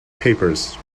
papers